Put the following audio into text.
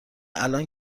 الانه